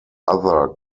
other